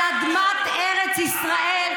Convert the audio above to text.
על אדמת ארץ ישראל.